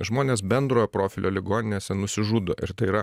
žmonės bendrojo profilio ligoninėse nusižudo ir tai yra